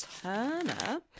Turner